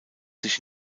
sich